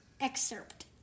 excerpt